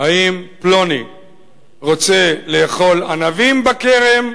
האם פלוני רוצה לאכול ענבים בכרם,